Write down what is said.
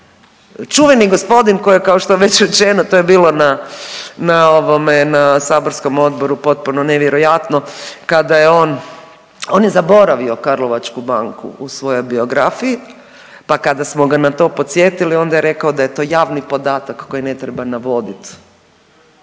čuveni gospodin koji je kao što je već rečeno, to je bilo na ovome, na saborskom odboru potpuno nevjerojatno kada je on, on je zaboravio Karlovačku banku u svojoj biografiji, pa kada smo ga na to podsjetili, onda je rekao da je to javni podatak koji ne treba navoditi